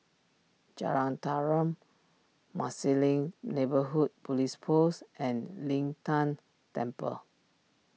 Jalan Tarum Marsiling Neighbourhood Police Post and Lin Tan Temple